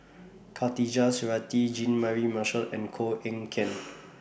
Khatijah Surattee Jean Mary Marshall and Koh Eng Kian